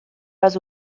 pas